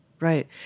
Right